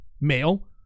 male